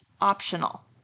optional